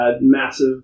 massive